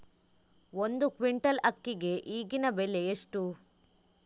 ಒಂದು ಕ್ವಿಂಟಾಲ್ ಅಕ್ಕಿಗೆ ಈಗಿನ ಬೆಲೆ ಎಷ್ಟು?